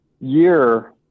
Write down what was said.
year